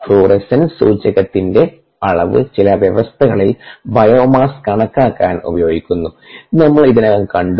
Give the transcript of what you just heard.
fluorescence സൂചകത്തിൻറെ അളവ് ചില വ്യവസ്ഥകളിൽ ബയോമാസ് കണക്കാക്കാൻ ഉപയോഗിക്കുന്നു ഇത് നമ്മൾ ഇതിനകം കണ്ടു